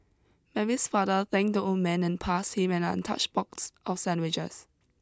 Mary's father thanked the old man and passed him an untouched box of sandwiches